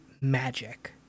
magic